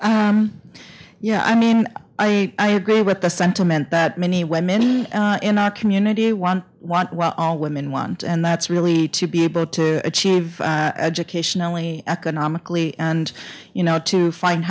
know i mean i agree with the sentiment that many women in our community want want well all women want and that's really to be able to achieve educationally economically and you know to find